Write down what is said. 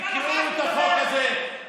בשביל העדה הדרוזית.